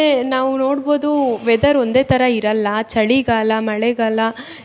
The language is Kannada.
ನಾವು ನೋಡ್ಬೌದೂ ವೆದರ್ ಒಂದೇ ಥರ ಇರೋಲ್ಲ ಚಳಿಗಾಲ ಮಳೆಗಾಲ